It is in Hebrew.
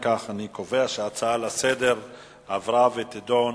אם כך, אני קובע שההצעה לסדר-היום עברה, ותידון